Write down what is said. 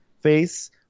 face